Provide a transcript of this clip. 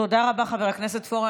תודה רבה, חבר הכנסת פורר.